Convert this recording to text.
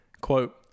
quote